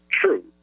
true